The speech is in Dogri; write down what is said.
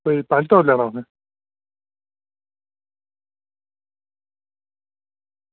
कोई पंज तौले लैना उसने